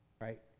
right